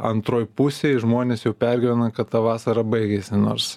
antroj pusėj žmonės jau pergyvena kad ta vasara baigėsi nors